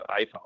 iPhone